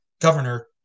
governor